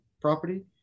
property